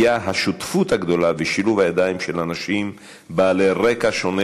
היה השותפות הגדולה ושילוב הידיים של אנשים בעלי רקע שונה,